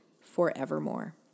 forevermore